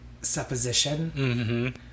supposition